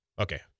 Okay